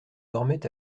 dormaient